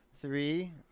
Three